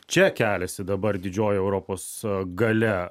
čia keliasi dabar didžioji europos galia